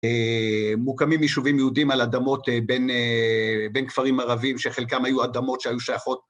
מוקמים משווים יהודים על אדמות בין...בין כפרים ערבים שחלקם היו אדמות שהיו שייכות.